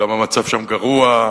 כמה המצב שם גרוע,